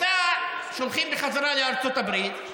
אותה שולחים בחזרה לארצות הברית,